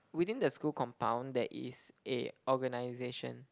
within the school compound there is a organization